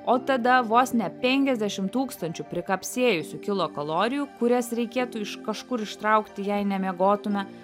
o tada vos ne penkiasdešim tūkstančių prikapsėjusių kilokalorijų kurias reikėtų iš kažkur ištraukti jei nemiegotume